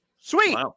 sweet